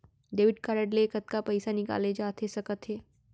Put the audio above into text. Debit card ले कतका पइसा निकाले जाथे सकत हे?